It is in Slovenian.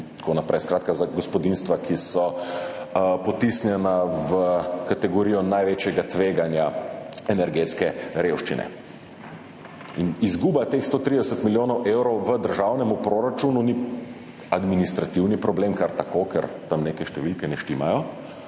tako naprej. Skratka za gospodinjstva, ki so potisnjena v kategorijo največjega tveganja energetske revščine. Izguba teh 130 milijonov evrov v državnem proračunu ni administrativni problem kar tako, ker tam neke številke ne štimajo,